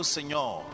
Senhor